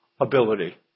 ability